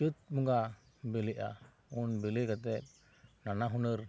ᱪᱟ ᱛ ᱵᱚᱸᱜᱟ ᱵᱮᱞᱮᱜᱼᱟ ᱩᱱ ᱵᱤᱞᱤ ᱠᱟᱛᱮᱫ ᱱᱟᱱᱟ ᱦᱩᱱᱟ ᱨ